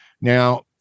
Now